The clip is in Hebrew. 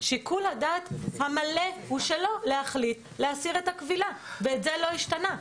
שיקול הדעת המלא הוא שלו להחליט להסיר את הכבילה וזה לא השתנה.